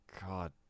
god